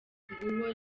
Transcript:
nguwo